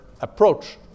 approach